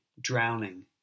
drowning